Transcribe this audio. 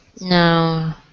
No